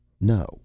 No